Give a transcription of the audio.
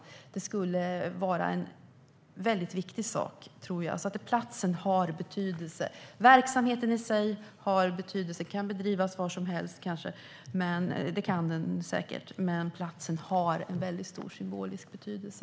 Jag tror att det skulle vara en väldigt viktig sak. Platsen har betydelse. Verksamheten i sig har betydelse; den kan säkert bedrivas var som helst. Men platsen har en väldigt stor symbolisk betydelse.